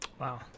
Wow